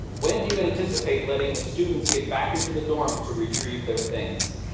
when do you anticipate letting the students get back into the dorms to retrieve their things?